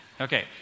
Okay